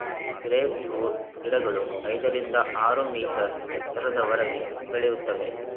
grape fruits ಗಿಡಗಳು ಐದರಿಂದ ಆರು ಮೀಟರ್ ಎತ್ತರದವರೆಗೆ ಬೆಳೆಯುತ್ತವೆ